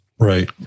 Right